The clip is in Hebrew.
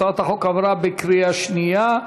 הצעת החוק עברה בקריאה שנייה.